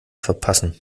verpassen